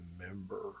remember